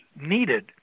needed